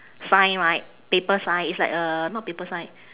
sign right paper sign it's like a not paper sign